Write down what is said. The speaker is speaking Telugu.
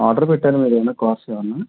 ఆర్డర్ పెట్టారా వేరే ఏమన్న కార్స్ ఏమన్న